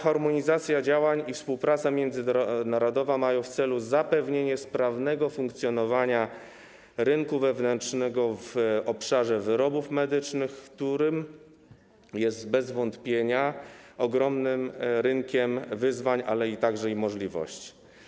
Harmonizacja działań i współpraca międzynarodowa ma na celu zapewnienie sprawnego funkcjonowania rynku wewnętrznego w obszarze wyrobów medycznych, który jest bez wątpienia ogromnym rynkiem wyzwań, ale także możliwości.